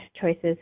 Choices